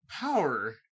power